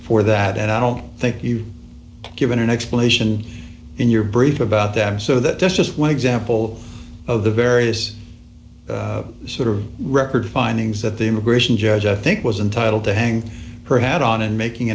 for that and i don't think you've given an explanation in your brief about them so that that's just one example of the various sort of record findings that the immigration judge i think was entitle to hang her hat on in making